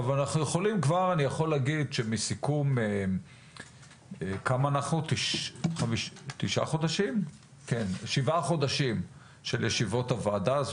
כבר אני יכול לומר שמסיכום שבעה חודשים של ישיבות הוועדה,